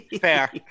Fair